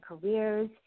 careers